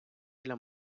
для